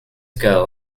ago